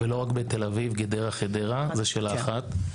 ולא רק בתל אביב/גדרה/חדרה, זה שאלה אחת.